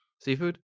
seafood